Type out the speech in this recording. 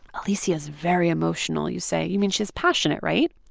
alicia's very emotional, you say, you mean she's passionate, right?